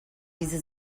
diese